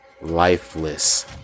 lifeless